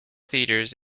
theaters